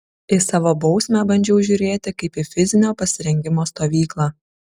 į savo bausmę bandžiau žiūrėti kaip į fizinio pasirengimo stovyklą